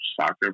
soccer